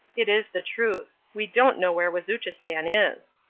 it is the truth. we don't know where wazuchistan is.